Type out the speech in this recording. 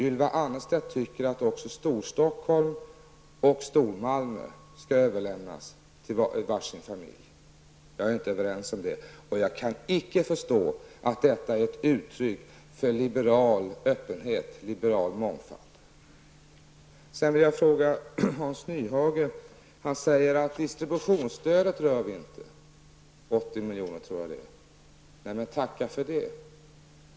Ylva Annerstedt tycker att också Storstockholm och Stormalmö skall överlämnas till varsin familj. Jag är inte överens med henne om det, och jag kan icke förstå att hennes inställning är ett uttryck för liberal öppenhet och liberal mångfald. Sedan vill jag ställa en fråga till Hans Nyhage. Han säger att distributionsstödet rör vi inte -- 80 miljoner tror jag att det är. Nej, tacka för det!